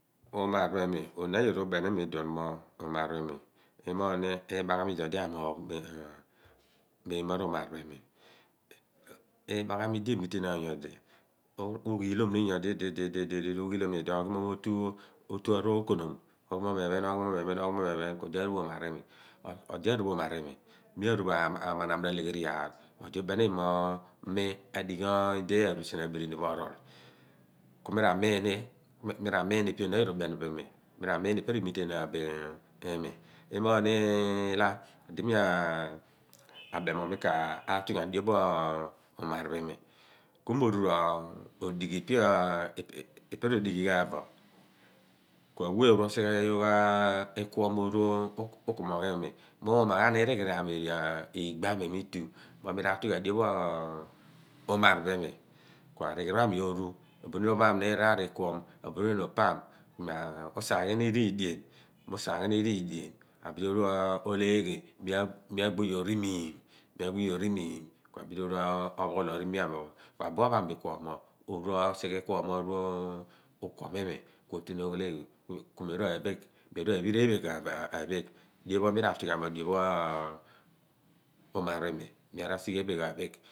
Umar bo umi ooniin ayor ubeni iimi iduon mo umar bo iimi iimogh ni ibaghami di odi amoogh mem mo ru marh bo iimi nbaghomi di emitenaan nyodi ughilom ni nyodi ididi di oghiilom nyodi osi oni aroo onom oghimom ephen oghim om ephen ku odi agbi bo umar bo iimi ku odi aani bo umar iimi mi aano bo amanam r'alegheri iyaar odi ubeni iimi mo mi adigh oony di aaru sien abirini pho orol ku mi ra mun ni mi ra mun ipe oniin pho aami r'ubeni bo iimi mi ra mun ipe remikenaan bo iimi iimoogh ni la di mi abem mo mi ka aaluughian dio pho umar bo iimi ku mo ooru ro dighi ipe rodighi ghan bo ku awe osighe yogh ikuom oru okuomogh iimi mi umaaghagh righiri ami r'igbo aami mo itu mo mi raatughian dio pho umar bo iimi tu arighiri aami ooru abidi upham ni raar ikuom abuniin u/pam but usaghi ni riidien abidi ooru oleeghi mi aagbo yogh riimiim ku abidi oru ophughologh rumiim amuen mo buen opham bo ikuom mo osighe ikuom mo oru ukuom iimi ku oten oghelogho mi aru aphegh mi aaru aphir eephegh aaphegh dio pho mi ra aatughun bo dio pho umar bo im mi aaru asighe eephegh aphegh